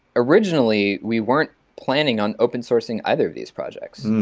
originally, we weren't planning on open-sourcing either of these projects,